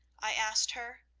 i asked her,